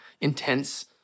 intense